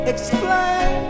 Explain